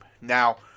Now